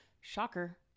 Shocker